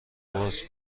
باز